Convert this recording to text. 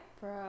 Bro